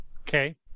Okay